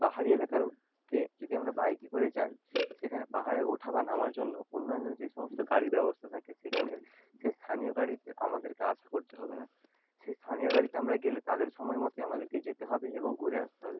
পাহাড়ি এলাকারতে যদি আমরা বাইকে করে যাই সেখানে পাহাড়ে ওঠা বা নামার জন্য অন্যান্য যে সমস্ত গাড়ির ব্যবস্থা থাকে সেখানের সেই স্থানীয় গাড়িতে আমাদেরকে আশা করতে হবে না সে স্থানীয় গাড়িতে আমরা গেলে তাদের সময় মতোই আমাদেরকে যেতে হবে এবং ঘুরে আসতে হবে